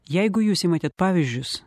jeigu jūs imate pavyzdžius